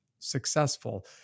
Successful